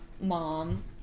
mom